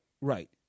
right